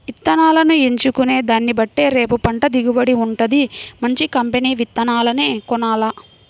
ఇత్తనాలను ఎంచుకునే దాన్నిబట్టే రేపు పంట దిగుబడి వుంటది, మంచి కంపెనీ విత్తనాలనే కొనాల